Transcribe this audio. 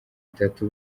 itatu